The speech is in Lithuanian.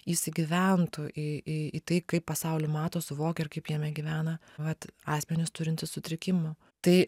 įsigyventų į į į tai kaip pasaulį mato suvokia ir kaip jame gyvena vat asmenys turintys sutrikimų tai